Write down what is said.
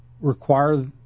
require